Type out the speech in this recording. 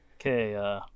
Okay